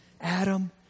Adam